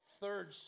third